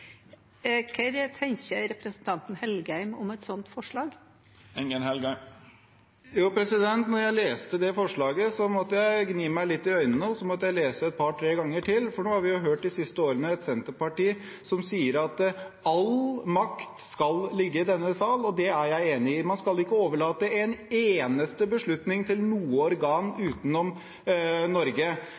Hva tenker representanten Engen-Helgheim om et sånt forslag? Da jeg leste det forslaget, måtte jeg gni meg litt i øynene. Så måtte jeg lese det en par–tre ganger til, for vi har de siste årene hørt et Senterparti som sier at all makt skal ligge i denne sal, og det er jeg enig i. Man skal ikke overlate en eneste beslutning til noe organ utenom Norge.